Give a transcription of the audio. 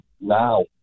now